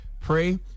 pray